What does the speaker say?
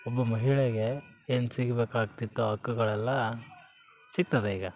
ಒಬ್ಬ ಮಹಿಳೆಗೆ ಏನು ಸಿಗಬೇಕಾಗ್ತಿತ್ತೋ ಹಕ್ಕುಗಳೆಲ್ಲ ಸಿಕ್ತದೆ ಈಗ